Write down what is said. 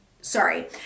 sorry